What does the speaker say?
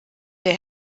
der